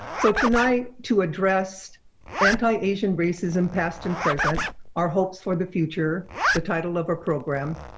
so tonight to address anti-asian racism past and present our hopes for the future the title of our program,